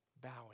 bowing